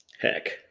Heck